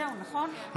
זהו, נכון?